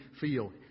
feel